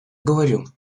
говорю